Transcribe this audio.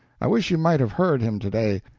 i wish you might have heard him today.